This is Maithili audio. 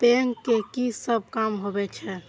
बैंक के की सब काम होवे छे?